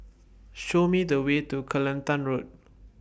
Show Me The Way to Kelantan Road